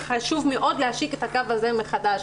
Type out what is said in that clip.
חשוב מאוד להשיק את הקו הזה מחדש,